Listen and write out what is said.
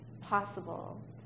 possible